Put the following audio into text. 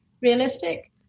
realistic